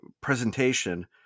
Presentation